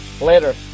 Later